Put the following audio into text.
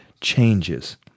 changes